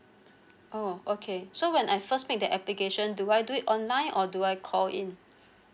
oh okay so when I first made the application do I do it online or do I call in